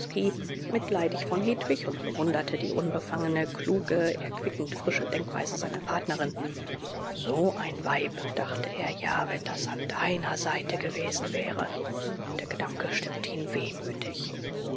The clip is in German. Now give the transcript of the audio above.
mitleidig von hedwig und bewunderte die unbefangene kluge erquickend frische denkweise seiner partnerin so ein weib dachte er ja wenn das an deiner seite gewesen wäre und der gedanke stimmte ihn wehmütig